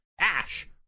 Ash